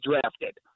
drafted